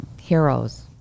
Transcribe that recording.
heroes